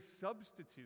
substitute